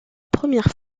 première